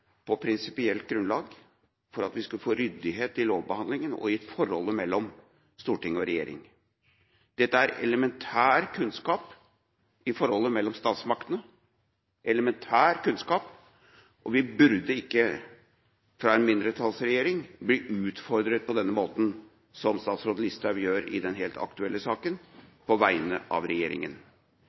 på prinsipielt grunnlag, for at vi skal få ryddighet i lovbehandlinga og i forholdet mellom storting og regjering. Dette er elementær kunnskap om forholdet mellom statsmaktene – elementær kunnskap! – og vi burde ikke fra en mindretallsregjering bli utfordret på denne måten som statsråden Listhaug gjør i den helt aktuelle saken, på vegne av